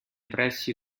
pressi